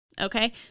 okay